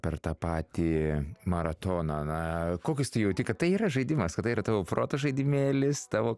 per tą patį maratoną na kokius tu jauti kad tai yra žaidimas kada yra tavo proto žaidimėlis tavo